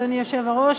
אדוני היושב-ראש,